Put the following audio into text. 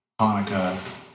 Hanukkah